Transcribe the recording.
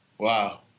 Wow